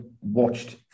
watched